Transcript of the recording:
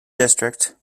district